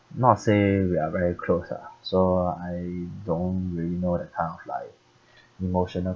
not say we are very close ah so I don't really know that kind of like emotional